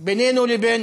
בינינו לבין